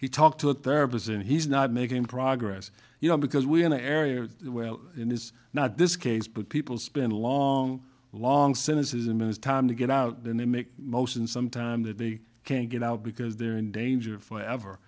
he talked to a therapist and he's not making progress you know because we're in the area and it's not this case but people spend a long long cynicism is time to get out the most in some time that they can't get out because they're in danger for ever